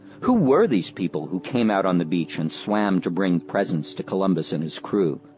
who were these people who came out on the beach and swam to bring presents to columbus and his crew,